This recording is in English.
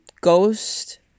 ghost